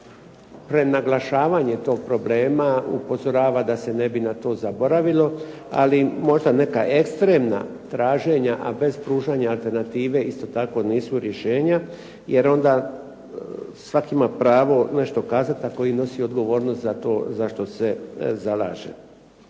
prenaglašavanje tog problema upozorava da se ne bi na to zaboravilo ali možda neka ekstremna traženja ali bez pružanja alternative isto tako nisu rješenja jer onda svatko ima pravo nešto kazati a koji nosi odgovornost za to za što se zalaže.